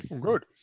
Good